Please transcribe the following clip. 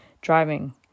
driving